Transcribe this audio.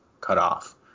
cutoff